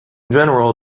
general